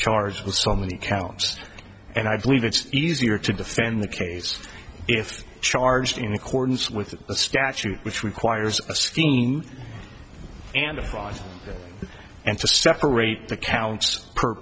charged with so many counts and i believe it's easier to defend the case if charged in accordance with a statute which requires a scheme and the fraud and to separate the counts per